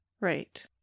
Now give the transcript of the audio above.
Right